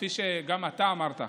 כפי שגם אתה אמרת,